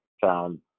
found